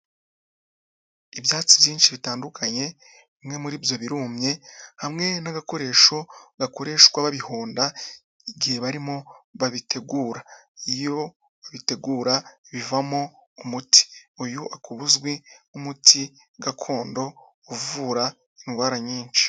Ibyatsi byinshi bitandukanye bimwe muri ibyo birumye, hamwe n'agakoresho gakoreshwa babihonda igihe barimo babitegura, iyo babitegura bivamo umuti uyu ukaba uzwi nk'umuti gakondo uvura indwara nyinshi.